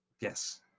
yes